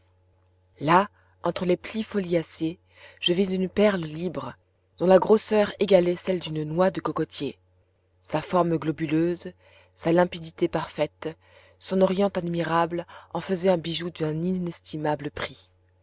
là entre les plis foliacés je vis une perle libre dont la grosseur égalait celle d'une noix de cocotier sa forme globuleuse sa limpidité parfaite son orient admirable en faisaient un bijou d'un inestimable prix